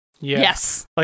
Yes